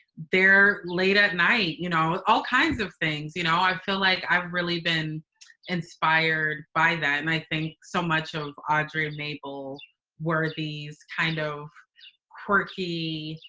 they're late at night, you know, all kinds of things. you know, i feel like i've really been inspired by that. i think so much of audre and mable were these kind of quirky,